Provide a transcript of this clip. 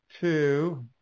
two